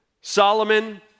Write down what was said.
Solomon